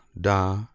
Da